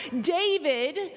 David